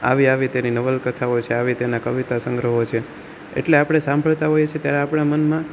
આવી આવી તેની નવલકથાઓ છે આવી તેના કવિતાસંગ્રહો છે એટલે આપણે સાંભળતા હોઈએ છીએ ત્યારે આપણા મનમાં